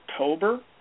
October